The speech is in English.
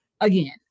again